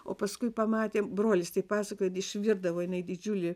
o paskui pamatėm brolis taip pasakojo kad išvirdavo jinai didžiulį